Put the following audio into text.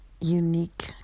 unique